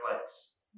place